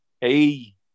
Hey